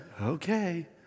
Okay